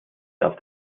darf